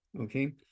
okay